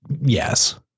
yes